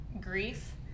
grief